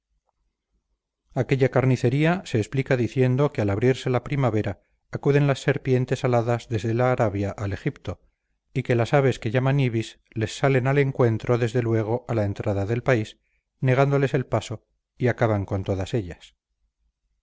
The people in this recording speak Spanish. aquella carnicería se explica diciendo que al abrirse la primavera acuden las serpientes aladas desde la arabia al egipto y que las aves que llaman ibis les salen al encuentro desde luego a la entrada del país negándoles el paso y acaban con todas ellas